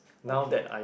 okay